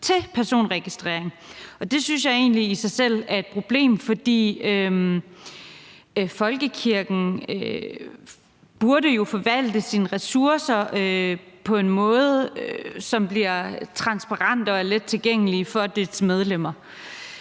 til personregistrering, og det synes jeg egentlig i sig selv er et problem. For folkekirken burde jo forvalte sine ressourcer på en måde, som er transparent og let tilgængelige for dens medlemmer,